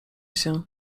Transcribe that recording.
się